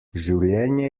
življenje